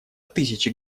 тысячи